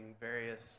various